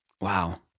Wow